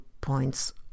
points